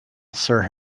sir